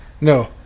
No